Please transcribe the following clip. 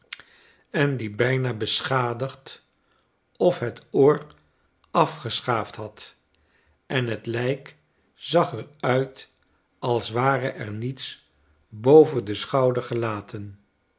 en die bijna beschadigd of het oor afgeschaafd had en het lijk zag er uit als ware er nietsboven den schouder gelaten